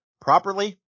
properly